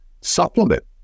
supplement